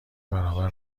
برابر